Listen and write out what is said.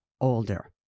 older